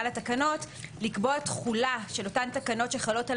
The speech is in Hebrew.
על התקנות לקבוע תחולה של אותן תקנות שחלות על